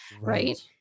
right